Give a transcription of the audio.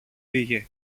πήγε